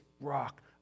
rock